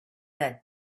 that